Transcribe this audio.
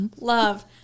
Love